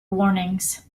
warnings